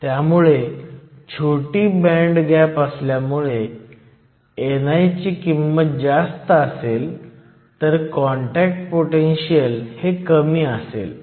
त्यामुळे छोटी band gap असल्यामुळे ni ची किंमत जास्त असेल तर कॉन्टॅक्ट पोटेनशीयल हे कमी असेल